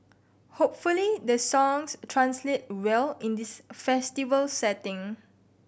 hopefully the songs translate well in this festival setting